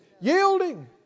Yielding